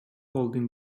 holding